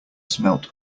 smelt